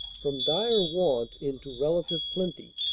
from dire want into relative plenty.